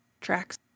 Tracks